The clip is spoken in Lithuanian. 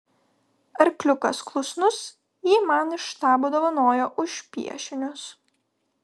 arkliukas klusnus jį man iš štabo dovanojo už piešinius